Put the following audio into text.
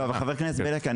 חבר הכנסת בליאק,